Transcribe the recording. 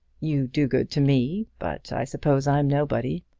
you do good to me but i suppose i'm nobody.